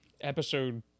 episode